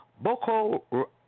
Boko